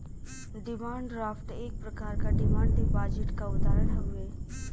demand draft एक प्रकार क डिमांड डिपाजिट क उदाहरण हउवे